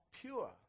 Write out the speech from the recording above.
pure